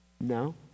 No